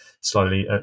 slowly